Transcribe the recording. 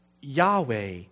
Yahweh